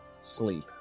sleep